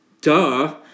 duh